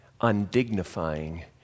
undignifying